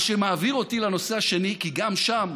מה שמעביר אותי לנושא השני, כי גם שם